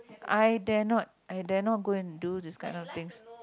I dare not I dare not go and do this kind of things